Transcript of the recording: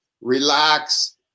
relax